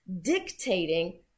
dictating